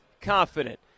confident